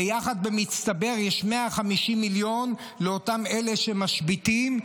ויחד במצטבר יש 150 מיליון לאותם אלה שמשביתים,